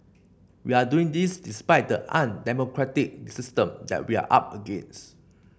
we are doing this despite the undemocratic system that we are up against